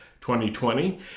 2020